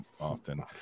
often